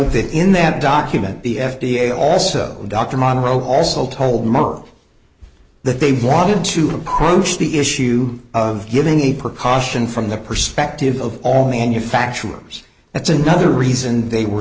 that in that document the f d a also dr monro also told mark that they wanted to approach the issue of giving a precaution from the perspective of all manufacturers that's another reason they were